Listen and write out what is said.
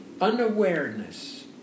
unawareness